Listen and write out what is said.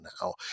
now